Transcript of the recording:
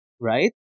right